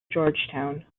georgetown